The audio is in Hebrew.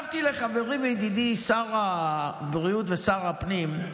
ב-11 במאי כתבתי לחברי וידידי שר הבריאות ושר הפנים,